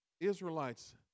Israelites